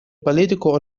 политику